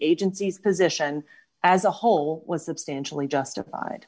agency's position as a whole was substantially justified